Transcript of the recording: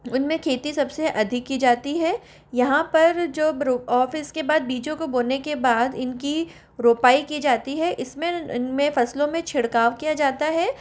उनमें खेती सबसे अधिक की जाती है यहाँ पर जो बुरु ऑफिस के बाद बीजों को बोने के बाद इनकी रोपाई की जाती है इसमें इनमें फसलों में छिड़काव किया जाता है